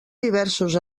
diversos